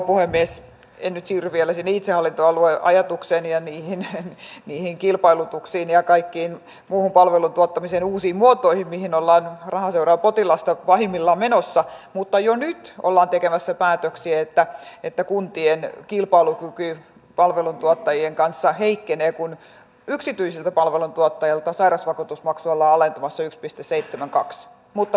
haluan nyt nostaa esille tuolta länsi suomesta ymmärrän että hoskonen vahvana itä suomen puolestapuhujana ei ehkä tätä ole huomannut myös vaasan ja uumajan merenkurkun välisen yhteyden ja sen että kuntien kilpailukyky palveluntuottajien kanssa heikkenee kun yksityiseltä siihen saataisiin moderni uusiutuvalla energialla toimiva laiva